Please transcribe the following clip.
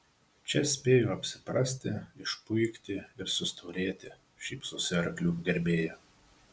čia spėjo apsiprasti išpuikti ir sustorėti šypsosi arklių gerbėja